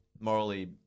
morally